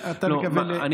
ואתה מקווה,